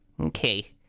Okay